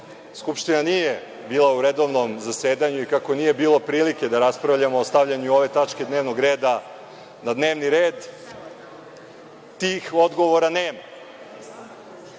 Skupština nije bila u redovnom zasedanju i kako nije bilo prilike da raspravljamo o stavljanju ove tačke dnevnog reda na dnevni red, tih odgovora nema.Za